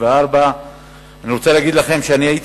24. אני רוצה להגיד לכם שאני הייתי